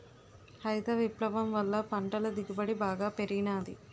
హరిత విప్లవం వల్ల పంటల దిగుబడి బాగా పెరిగినాది